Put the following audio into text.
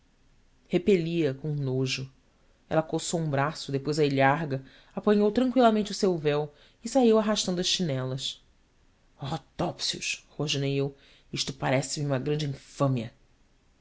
repeli a com nojo ela coçou um braço depois a ilharga apanhou tranqüilamente o seu véu e saiu arrastando as chinelas oh topsius rosnei eu isto parece-me uma grande infâmia